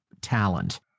talent